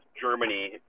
Germany